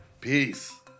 Peace